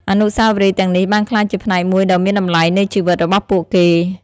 អនុស្សាវរីយ៍ទាំងនេះបានក្លាយជាផ្នែកមួយដ៏មានតម្លៃនៃជីវិតរបស់ពួកគេ។